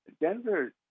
Denver